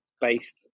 based